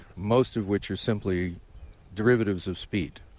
most of which are simply derivatives of speed.